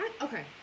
okay